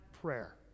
prayer